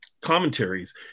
commentaries